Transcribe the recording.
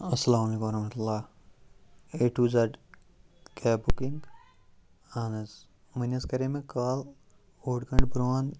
السلام عليكم ورحمة الله A to Z cab booking اہن حظ وۄنی حظ کَرے مےٚ کال اوٚڑ گٲنٹہٕ برونٹھ